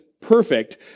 perfect